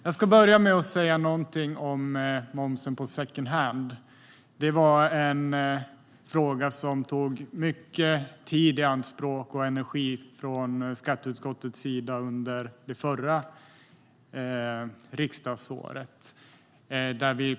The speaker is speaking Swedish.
Jag ska börja med att säga någonting om momsen på secondhand. Det var en fråga som tog mycket energi och tid i anspråk från skatteutskottets sida under det förra riksmötet.